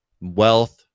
wealth